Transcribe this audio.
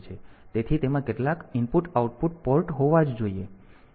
તેથી તેમાં કેટલાક IO પોર્ટ હોવા જ જોઈએ